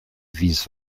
wies